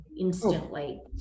instantly